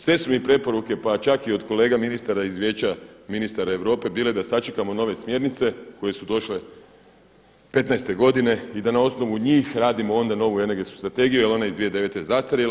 Sve su mi preporuke, pa čak i od kolega ministara iz Vijeća ministara Europe bile da sačekamo nove smjernice koje su došle petnaeste godine i da na osnovu njih radimo onda novu Energetsku strategiju, jer ona iz 2009. je zastarjela.